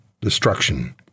destruction